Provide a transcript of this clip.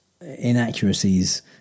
inaccuracies